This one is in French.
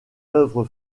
œuvre